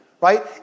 Right